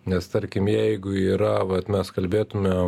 nes tarkim jeigu yra vat mes kalbėtume